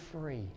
free